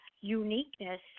uniqueness